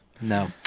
No